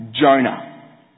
Jonah